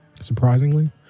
surprisingly